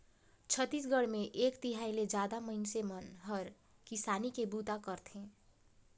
छत्तीसगढ़ मे एक तिहाई ले जादा मइनसे मन हर किसानी के बूता करथे